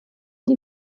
die